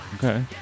Okay